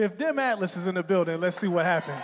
if they're mad this isn't a building let's see what happens